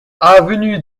avenue